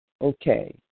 okay